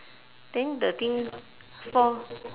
then the thing fall